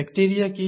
bacteria কী